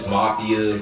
Mafia